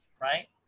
right